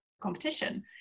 competition